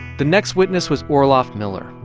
the next witness was orloff miller,